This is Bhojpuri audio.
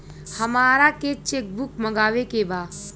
हमारा के चेक बुक मगावे के बा?